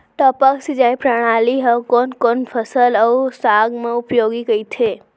टपक सिंचाई प्रणाली ह कोन कोन फसल अऊ साग म उपयोगी कहिथे?